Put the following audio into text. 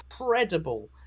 incredible